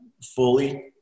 fully